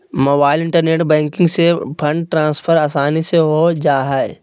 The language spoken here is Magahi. मोबाईल इन्टरनेट बैंकिंग से फंड ट्रान्सफर आसानी से हो जा हइ